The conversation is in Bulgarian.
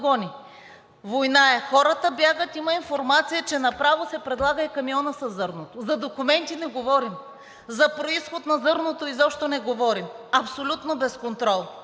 Война е, хората бягат. Има информация, че направо се предлага и камионът със зърното. За документи не говорим, а за произхода на зърното изобщо не говорим – абсолютно е без контрол.